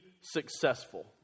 successful